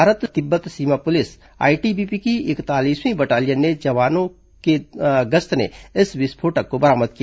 भारत तिब्बत सीमा police ITBP की इकतालीसवीं बटालियन के जवानों ने गश्त के दौरान इस विस्फोटक को बरामद किया